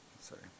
Sorry